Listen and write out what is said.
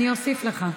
אני אוסיף לך.